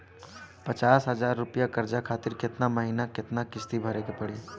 पचास हज़ार रुपया कर्जा खातिर केतना महीना केतना किश्ती भरे के पड़ी?